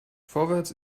vorwärts